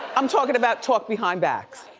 i'm talking about talk behind backs,